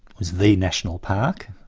is the national park,